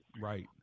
Right